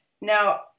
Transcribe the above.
Now